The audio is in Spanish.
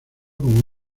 como